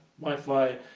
wi-fi